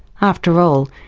after all,